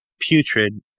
putrid